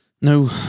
no